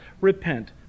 Repent